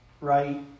Right